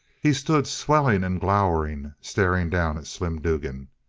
he stood swelling and glowering, staring down at slim dugan.